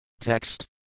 TEXT